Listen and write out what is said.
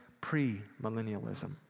pre-millennialism